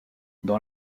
dans